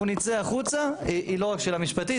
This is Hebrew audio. אנחנו נצא החוצה, היא לא רק שאלה משפטית.